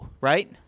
Right